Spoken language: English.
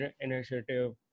initiative